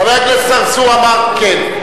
חבר הכנסת צרצור אמר "כן",